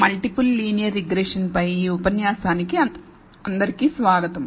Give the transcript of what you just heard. multiple linear regression పై ఈ ఉపన్యాసానికి అందరికీ స్వాగతం